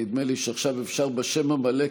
נדמה לי שעכשיו אפשר בשם המלא,